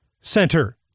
Center